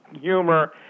humor